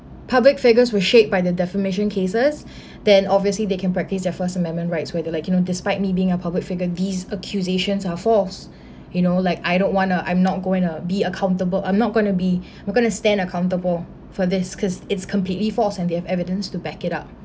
public figures were shaped by the defamation cases then obviously they can practise their first amendment rights whether like you know despite me being a public figure these accusations are false you know like I don't want to I'm not going to be accountable I'm not going to be we're going to stand accountable for this cause it's completely false and they have evidence to back it up